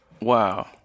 Wow